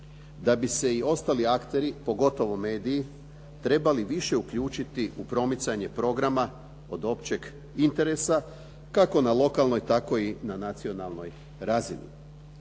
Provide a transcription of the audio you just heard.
da bi se i ostali akteri, pogotovo mediji trebali više uključiti u promicanje programa od općeg interesa, kako na lokalnoj tako i na nacionalnoj razini.